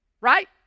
Right